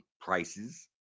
prices